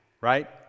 right